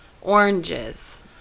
oranges